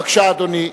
בבקשה, אדוני.